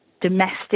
domestic